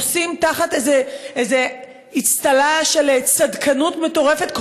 חוסים תחת איזו אצטלה של צדקנות מטורפת,